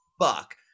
fuck